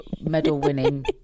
medal-winning